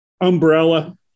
umbrella